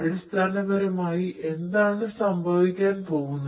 അടിസ്ഥാനപരമായി എന്താണ് സംഭവിക്കാൻ പോകുന്നത്